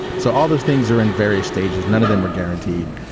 so all those things are in various stages. none of them are guaranteed.